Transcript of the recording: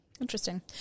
Interesting